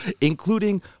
including